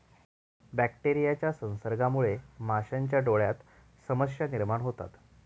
बॅक्टेरियाच्या संसर्गामुळे माशांच्या डोळ्यांत समस्या निर्माण होतात